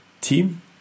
team